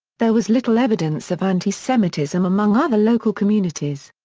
there was little evidence of anti-semitism among other local communities.